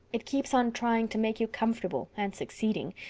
it keeps on trying to make you comfortable. and succeeding.